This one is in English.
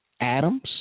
Adams